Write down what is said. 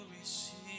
receive